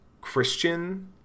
Christian